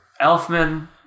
Elfman